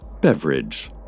Beverage